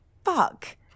Fuck